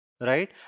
right